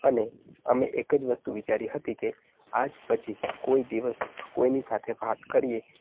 અને અમે એક જ વસ્તુ વિચારી હતી કે આજ પછી કોઈ દિવસ કોઈની સાથે વાત કરીએ